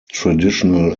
traditional